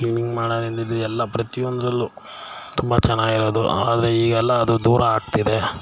cleaning ಮಾಡೋದ್ರಿಂದ ಹಿಡಿದು ಎಲ್ಲ ಪ್ರತಿ ಒಂದ್ರಲ್ಲೂ ತುಂಬ ಚೆನ್ನಾಗಿರೋದು ಆದರೆ ಈಗೆಲ್ಲಾ ಅದು ದೂರ ಆಗ್ತಿದೆ